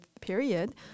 period